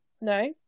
no